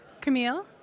Camille